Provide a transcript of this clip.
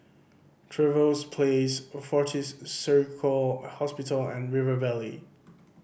Trevose Place Fortis Surgical Hospital and River Valley